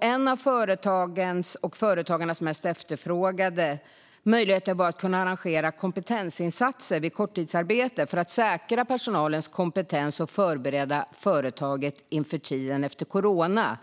En av företagens och företagarnas mest efterfrågade möjligheter har varit att kunna arrangera kompetensinsatser vid korttidsarbete för att säkra personalens kompetens och förbereda företaget inför tiden efter corona.